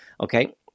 okay